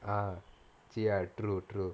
uh true true